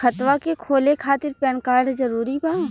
खतवा के खोले खातिर पेन कार्ड जरूरी बा?